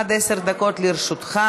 ועוברת לוועדת הכלכלה להכנה לקריאה ראשונה.